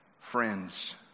friends